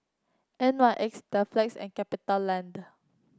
N Y X and Capitaland